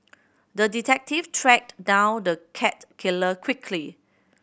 the detective tracked down the cat killer quickly